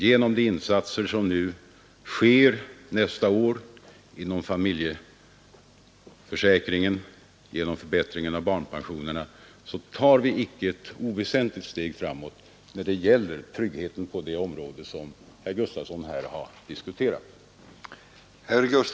Genom de insatser som sker nästa år för en förbättring av barnpensionerna och införandet av en föräldraförsäkring tar vi ett icke oväsentligt steg framåt när det gäller tryggheten på det område som herr Gustavsson här har diskuterat.